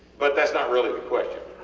but thats not really the question,